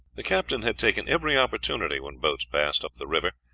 the captain had taken every opportunity, when boats passed up the river,